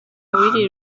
w’iri